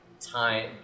time